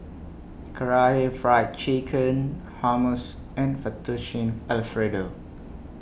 Karaage Fried Chicken Hummus and Fettuccine Alfredo